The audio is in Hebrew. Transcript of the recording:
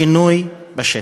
שינוי בשטח.